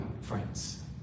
friends